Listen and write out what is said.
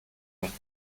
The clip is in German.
nicht